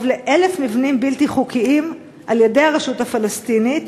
ל-1,000 מבנים בלתי חוקיים על-ידי הרשות הפלסטינית